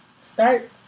start